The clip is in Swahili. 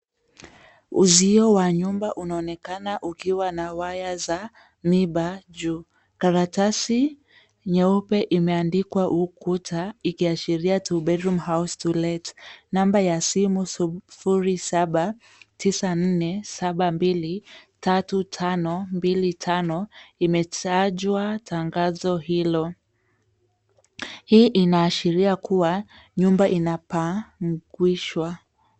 Uzio wa nyumba unaonekana ukiwa na waya za miba juu. Karatasi nyeupe imeandikwa ukuta ikiashiria Two Bedroom House to Let . Namba ya simu 0794723525 imetajwa tangazo hilo. Hii inaashiria kuwa nyumba inapangishwa.